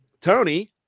Tony